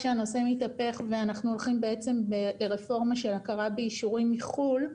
כשהנושא מתהפך ואנחנו הולכים לרפורמה של הכרה באישורים מחו"ל,